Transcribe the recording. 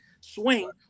swing